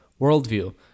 worldview